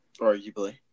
Arguably